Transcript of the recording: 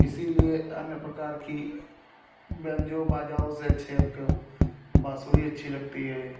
इसीलिए अन्य प्रकार की ब्रेंजो बाजाओ से अच्छे हमको बाँसुरी अच्छी लगती है